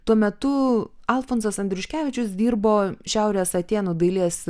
tuo metu alfonsas andriuškevičius dirbo šiaurės atėnų dailės